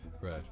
Right